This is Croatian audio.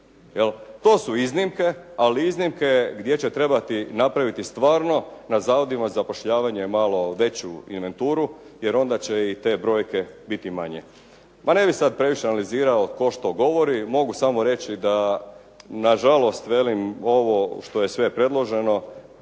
to su iznimke, ali iznimke gdje će trebati napraviti stvarno na zavodima za zapošljavanje malo veću inventuru jer onda će i te brojke biti manje. Pa ne bih sad previše analizirao tko što govori, mogu samo reći da nažalost velim, ovo što je sve predloženo